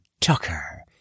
Tucker